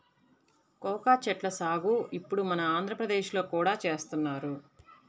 cocoa చెట్ల సాగు ఇప్పుడు మన ఆంధ్రప్రదేశ్ లో కూడా చేస్తున్నారు